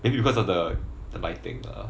is it because of the the lighting ah